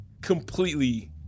completely